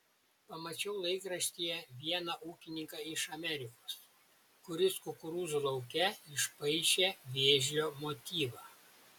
pamačiau laikraštyje vieną ūkininką iš amerikos kuris kukurūzų lauke išpaišė vėžlio motyvą